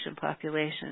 population